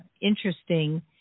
interesting